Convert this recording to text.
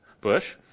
bush